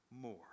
more